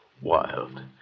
wild